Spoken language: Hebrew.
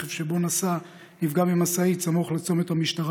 הרכב שבו נסע נפגע ממשאית סמוך לצומת המשטרה